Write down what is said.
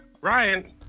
Ryan